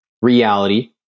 reality